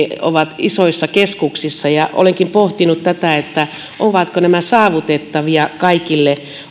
on isoissa keskuksissa niin olenkin pohtinut tätä ovatko nämä saavutettavia kaikille